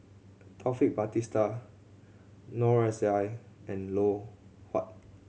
Taufik Batisah Noor S I and Loh Huat